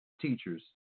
teachers